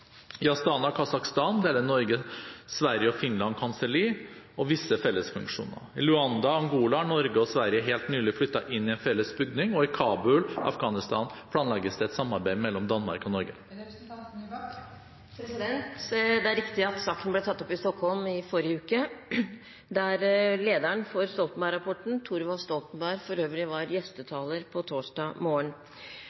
I Astana, Kasakhstan, deler Norge, Sverige og Finland kanselli og visse felles funksjoner. I Luanda, Angola, har Norge og Sverige helt nylig flyttet inn i en felles bygning, og i Kabul, Afghanistan, planlegges det et samarbeid mellom Danmark og Norge. Det er riktig at saken ble tatt opp i Stockholm i forrige uke, der lederen for Stoltenberg-rapporten, Thorvald Stoltenberg, for øvrig var